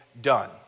done